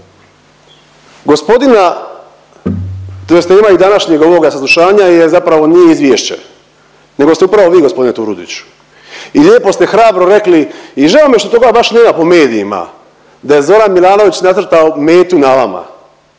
…/Govornik se ne razumije./…današnjeg ovoga saslušanja je zapravo nije izvješće nego ste upravo vi g. Turudiću i lijepo ste hrabro rekli i žao mi je što toga nema baš po medijima da je Zoran Milanović nacrtao metu na vama